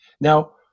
Now